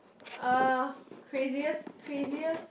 uh craziest craziest